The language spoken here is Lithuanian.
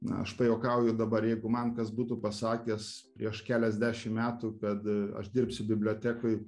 na aš pajuokauju dabar jeigu man kas būtų pasakęs prieš keliasdešim metų kad aš dirbsiu bibliotekoj